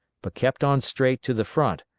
but kept on straight to the front,